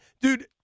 Dude